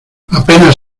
apenas